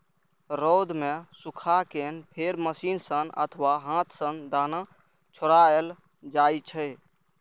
रौद मे सुखा कें फेर मशीन सं अथवा हाथ सं दाना छोड़ायल जाइ छै